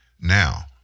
now